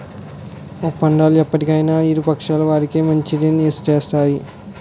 ఒప్పందాలు ఎప్పటికైనా ఇరు పక్షాల వారికి మంచినే చేస్తాయి